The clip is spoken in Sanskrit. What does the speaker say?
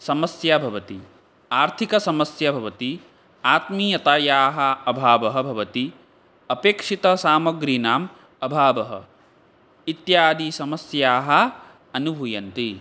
समस्या भवति आर्थिकसमस्या भवति आत्मीयतायाः अभावः भवति अपेक्षितसामग्रीणाम् अभावः इत्यादिसमस्याः अनुभूयन्ते